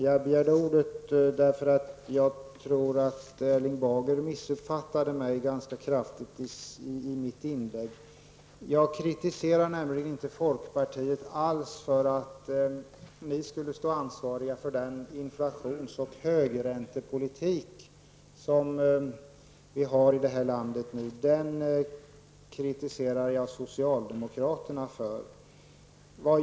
Jag begärde ordet därför att jag tror att Erling Bager missuppfattade mig ganska kraftigt i mitt inlägg. Jag kritiserar nämligen inte folkpartiet alls för att ni skulle stå ansvariga för den inflations och högräntepolitik som vi har i det här landet nu. Den kritiserar jag socialdemokraterna för.